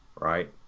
right